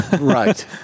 Right